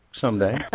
someday